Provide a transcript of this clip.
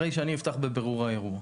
הרי שאני אפתח בבירור האירוע.